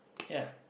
ya